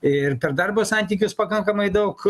ir per darbo santykius pakankamai daug